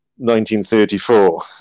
1934